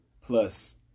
Plus